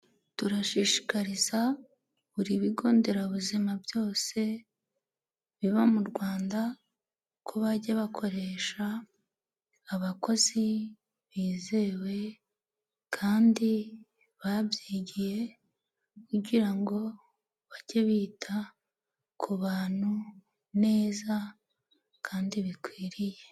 Turashishikariza buri bigonderabuzima byose biba mu Rwanda ko bajya bakoresha abakozi bizewe kandi babyigiye, kugirango bajye bita ku bantu neza kandi bikwiriye.